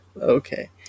okay